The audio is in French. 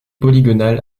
polygonale